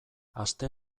aste